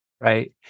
right